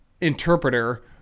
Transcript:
interpreter